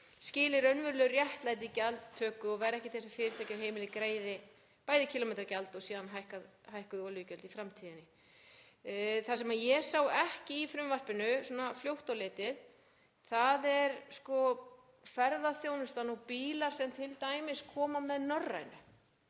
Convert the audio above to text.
skili raunverulegu réttlæti í gjaldtöku og verði ekki til þess að fyrirtæki og heimili greiði bæði kílómetragjald og síðan hækkuð olíugjöld í framtíðinni. Það sem ég sá ekki í frumvarpinu fljótt á litið er ferðaþjónustan og bílar sem t.d. koma með Norrænu.